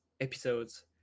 episodes